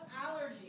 allergies